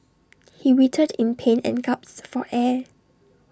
he writhed in pain and gasped for air